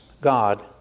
God